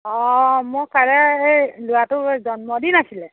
অঁ মোৰ কাইলৈ সেই ল'ৰাটো জন্মদিন আছিলে